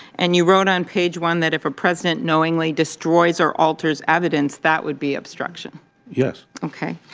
and you wrote on page one that if a president knowingly destroys or alters evidence, that would be obstruction yes ok.